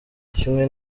kimwe